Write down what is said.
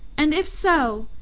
and if so,